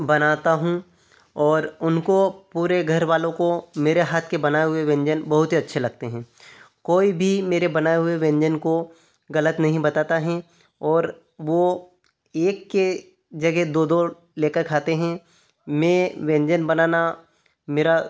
बनाता हूँ और उनको पूरे घरवालों को मेरे हाथ के बनाए हुए व्यंजन बहुत ही अच्छे लगते हैं कोई भी मेरे बनाए हुए व्यंजन को गलत नहीं बताता है और वो एक की जगह दो दो लेकर खाते हैं मैं व्यंजन बनाना मेरा